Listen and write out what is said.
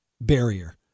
barrier